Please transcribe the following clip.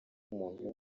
umuntu